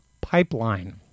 pipeline